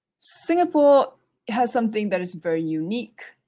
singapore has something that is very unique,